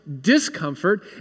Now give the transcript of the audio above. discomfort